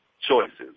choices